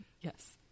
Yes